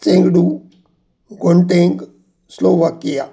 Chengdu गोंटेंक Slovakia